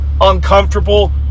Uncomfortable